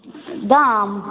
दाम